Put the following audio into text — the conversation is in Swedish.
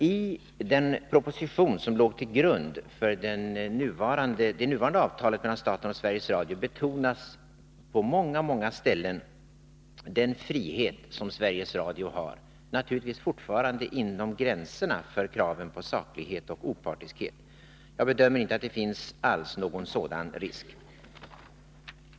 I den proposition som låg till grund för det nuvarande avtalet mellan staten och Sveriges Radio betonades på många ställen den frihet som Sveriges Radio har, naturligtvis fortfarande inom gränserna för kraven på saklighet och opartiskhet. Jag bedömer inte att det finns någon sådan risk.